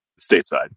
stateside